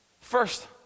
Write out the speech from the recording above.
first